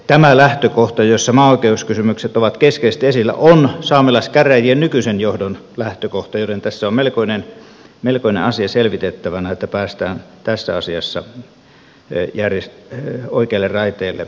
tämä lähtökohta jossa maaoikeuskysymykset ovat keskeisesti esillä on saamelaiskäräjien nykyisen johdon lähtökohta joten tässä on melkoinen asia selvitettävänä että päästään tässä asiassa oikeille raiteille